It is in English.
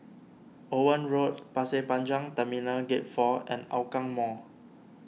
Owen Road Pasir Panjang Terminal Gate four and Hougang Mall